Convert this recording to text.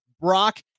Brock